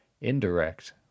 Indirect